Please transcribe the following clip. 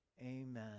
Amen